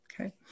Okay